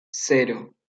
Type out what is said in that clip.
cero